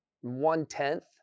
one-tenth